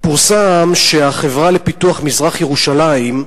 פורסם שהחברה לפיתוח מזרח-ירושלים,